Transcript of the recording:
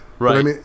Right